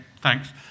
thanks